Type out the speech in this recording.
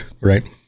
right